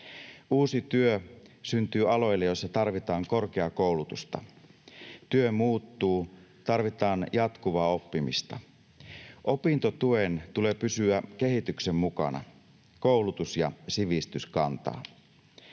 Uusi työ syntyy aloille, joilla tarvitaan korkeakoulutusta. Työ muuttuu, tarvitaan jatkuvaa oppimista. Opintotuen tulee pysyä kehityksen mukana. Koulutus ja sivistys kantavat.